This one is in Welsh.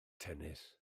tennis